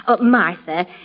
Martha